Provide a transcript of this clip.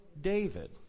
David